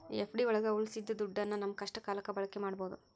FD ಒಳಗ ಉಳ್ಸಿದ ದುಡ್ಡನ್ನ ನಮ್ ಕಷ್ಟ ಕಾಲಕ್ಕೆ ಬಳಕೆ ಮಾಡ್ಬೋದು